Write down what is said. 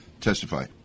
testify